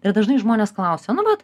ir dažnai žmonės klausia nu vat